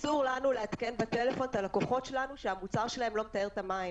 אסור לנו לעדכן בטלפון את הלקוחות שלנו שהמוצר שלהם לא מטהר את המים,